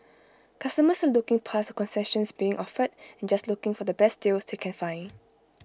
customers are looking past the concessions being offered and just looking for the best deals they can find